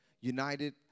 united